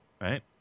right